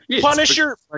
Punisher